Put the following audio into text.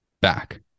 back